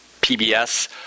PBS